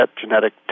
genetic